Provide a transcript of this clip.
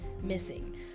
missing